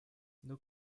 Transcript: nos